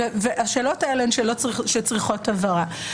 השאלות האלה הן שאלות שצריכות הבהרה.